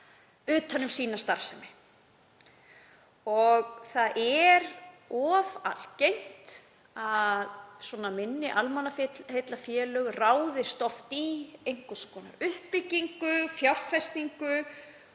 utan um sína starfsemi. Það er of algengt að minni almannaheillafélög ráðist í einhvers konar uppbyggingu, fjárfestingu,